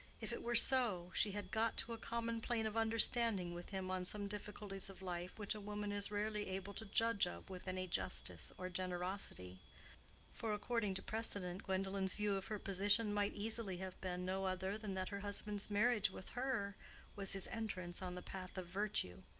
if it were so, she had got to a common plane of understanding with him on some difficulties of life which a woman is rarely able to judge of with any justice or generosity for, according to precedent, gwendolen's view of her position might easily have been no other than that her husband's marriage with her was his entrance on the path of virtue,